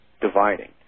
dividing